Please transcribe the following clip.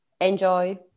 enjoy